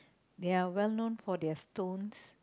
they are well known for their stones